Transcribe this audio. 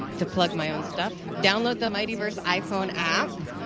and to plug my own stuff, download the mightyverse iphone app.